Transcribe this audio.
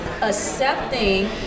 Accepting